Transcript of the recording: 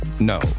no